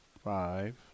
Five